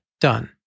done